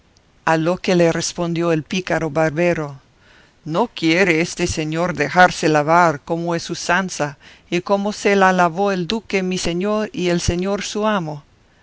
a lo que respondió el pícaro barbero no quiere este señor dejarse lavar como es usanza y como se la lavó el duque mi señor y el señor su amo